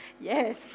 Yes